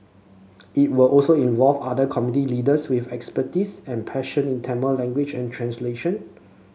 it will also involve other community leaders with expertise and passion in Tamil language and translation